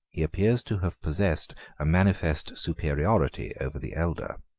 he appears to have possessed a manifest superiority over the elder.